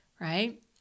right